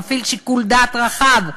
מפעיל שיקול דעת רחב.